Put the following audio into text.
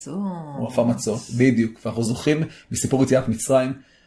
אופה מצות, בדיוק, ואנחנו זוכרים בסיפור יציאת מצרים.